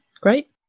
great